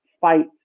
fight